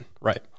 Right